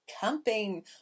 camping